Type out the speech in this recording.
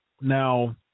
Now